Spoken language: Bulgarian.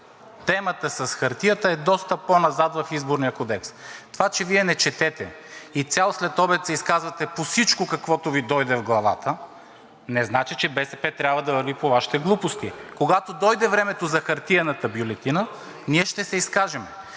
Темата с хартията е доста по-назад в Изборния кодекс. Това, че Вие не четете, и цял следобед се изказвате по всичко, което Ви дойде в главата, не значи, че БСП трябва да върви по Вашите глупости. Когато дойде времето за хартиената бюлетина, ние ще се изкажем.